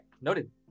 noted